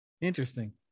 Interesting